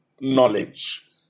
knowledge